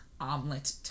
omelet